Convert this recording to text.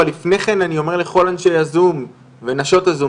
אבל לפני כן אני אומר לכל אנשי ה-zoom ונשות ה-zoom,